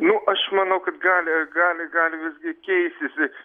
nu aš manau kad gali gali gali visgi keistis